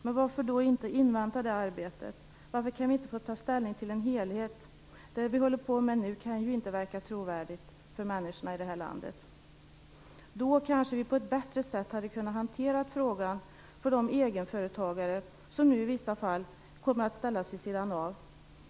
Men varför inte invänta det arbetet? Varför kan vi inte få ta ställning till en helhet? Det vi håller på med nu kan ju inte verka trovärdigt för människorna i vårt land. Då kanske vi på ett bättre sätt hade kunnat hantera frågan för de egenföretagare som nu i vissa fall kommer att ställas vid sidan av.